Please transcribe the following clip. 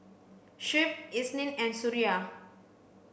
Shuib Isnin and Suria